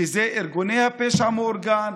אלה ארגוני הפשע המאורגן,